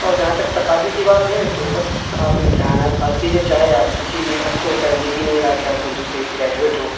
اور جہاں تک تقاضے کی بات ہے تو بس آپ امتحانات پاس کیجیے چاہے آپ کسی بھی اب تو خیر یہ بھی نہیں رہا کہ آپ اردو سے ہی گریجویٹ ہوں